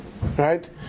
Right